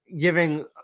giving